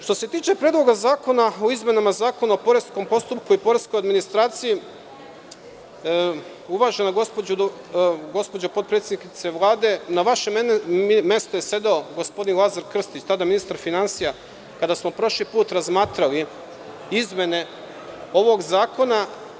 Što se tiče Predloga zakona o izmenama Zakona o poreskom postupku i poreskoj administraciji, uvažena gospođo potpredsednice Vlade, na vašem mestu je sedeo gospodin Lazar Krstić, tada ministar finansija, kada smo prošli put razmatrali izmene ovog zakona.